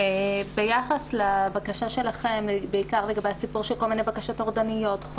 ערכנו בחינה אצלנו בעקבות בקשתכם לגבי הסיפור של בקשות טורדניות,